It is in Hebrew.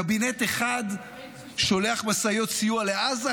קבינט אחד שולח משאיות סיוע לעזה,